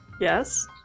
Yes